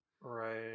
Right